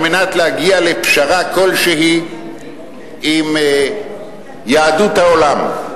מנת להגיע לפשרה כלשהי עם יהדות העולם.